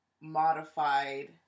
modified